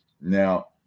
Now